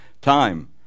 time